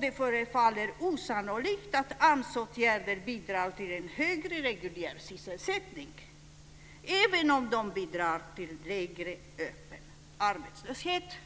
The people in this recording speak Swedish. Det förefaller alltså osannolikt att AMS-åtgärder bidrar till en högre reguljär sysselsättning även om de bidrar till lägre öppen arbetslöshet.